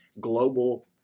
global